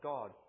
God